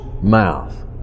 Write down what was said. mouth